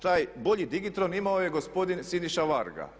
Taj bolji digitron imao je gospodin Siniša Varga.